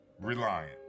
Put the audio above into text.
Reliant